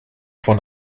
von